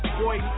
boy